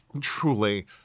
truly